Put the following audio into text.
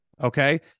okay